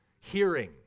hearing